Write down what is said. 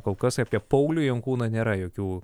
kol kas apie paulių jankūną nėra jokių